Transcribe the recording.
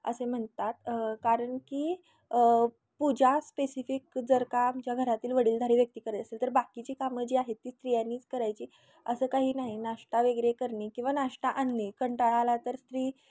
असे म्हणतात कारण की पूजा स्पेसिफिक जर का आमच्या घरातील वडीलधारी व्यक्ती करत असेल तर बाकीची कामं जी आहे ती स्त्रियानीच करायची असं काही नाही नाश्ता वगैरे करणे किंवा नाष्टा आणणे कंटाळा आला तर स्त्री